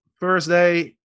Thursday